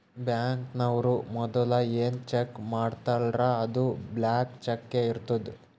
ಬ್ಯಾಂಕ್ನವ್ರು ಮದುಲ ಏನ್ ಚೆಕ್ ಕೊಡ್ತಾರ್ಲ್ಲಾ ಅದು ಬ್ಲ್ಯಾಂಕ್ ಚಕ್ಕೇ ಇರ್ತುದ್